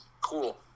Cool